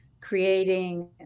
creating